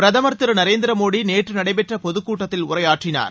பிரதமர் திரு நரேந்திரமோடி நேற்று நடைபெற்ற பொதுக்கூட்டத்தில் உரையாற்றினார்